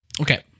Okay